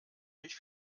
mich